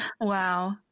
Wow